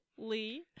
lee